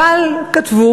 אבל הם כתבו.